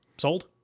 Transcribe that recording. Sold